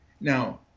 Now